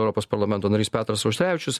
europos parlamento narys petras auštrevičius